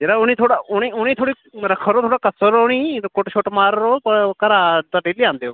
जरा उ'नें ई थोह्ड़ा उ'नें ई उ'नें ई थोह्ड़ी रक्खै रो थोह्ड़ा कस्सा रो उ'नें ई कुट्ट शुट्ट मारा रो प घरा तपे दे औंदे ओह्